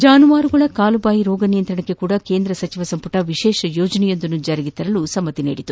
ಜಾನುವಾರು ಕಾಲು ಬಾಯಿ ರೋಗ ನಿಯಂತ್ರಿಸಲು ಸಹ ಕೇಂದ್ರ ಸಂಪುಟ ವಿಶೇಷ ಯೋಜನೆಯೊಂದನ್ನು ಜಾರಿಗೆ ತರಲು ಸಮ್ನತಿ ನೀಡಿದೆ